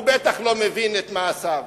הוא בטח לא מבין את מעשיו.